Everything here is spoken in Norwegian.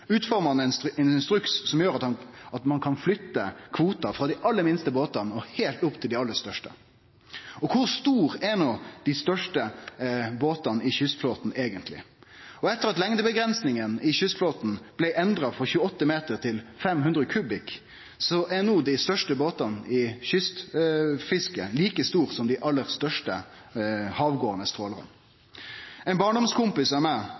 instruks som gjer at ein kan flytte kvotar frå dei aller minste båtane heilt opp til dei aller største. Og kor store er no dei største båtane i kystflåten eigentleg? Etter at lengdeavgrensingane i kystflåten blei endra frå 28 meter til 500 kubikk er no dei største båtane i kystfisket like store som dei aller største havgåande trålarane. Ein barndomskompis av meg som er